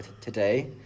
today